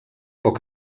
poc